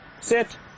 sit